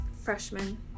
freshman